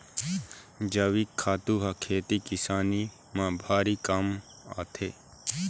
जइविक खातू ह खेती किसानी म भारी काम आथे